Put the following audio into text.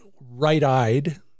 right-eyed